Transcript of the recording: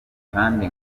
kandi